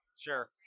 Sure